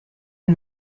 ein